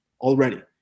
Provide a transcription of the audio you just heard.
already